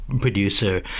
producer